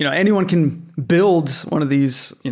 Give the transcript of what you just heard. you know anyone can build one of these,